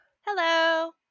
Hello